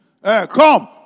Come